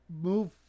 move